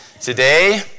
today